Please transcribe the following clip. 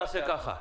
נעשה כך: